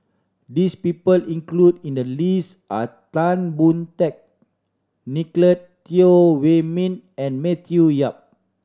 this people included in the list are Tan Boon Teik Nicolette Teo Wei Min and Matthew Yap